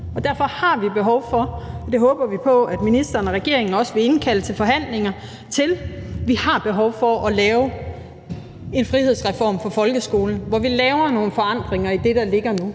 Derfor har vi behov for – og det håber vi på at ministeren og regeringen også vil indkalde til forhandlinger om – at lave en frihedsreform for folkeskolen, hvor vi skaber nogle forandringer af det, der ligger nu,